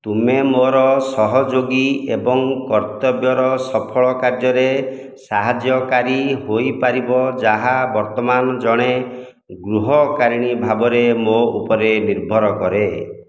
ତୁମେ ମୋର ସହଯୋଗୀ ଏବଂ କର୍ତ୍ତବ୍ୟର ସଫଳ କାର୍ଯ୍ୟରେ ସାହାଯ୍ୟକାରୀ ହୋଇପାରିବ ଯାହା ବର୍ତ୍ତମାନ ଜଣେ ଗୃହକାରିଣୀ ଭାବରେ ମୋ ଉପରେ ନିର୍ଭର କରେ